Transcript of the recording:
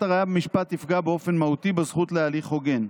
הראיה במשפט תפגע באופן מהותי בזכות להליך הוגן.